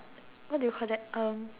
what do you call that um